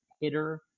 hitter